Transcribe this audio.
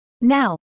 Now